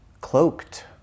cloaked